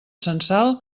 censal